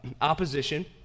opposition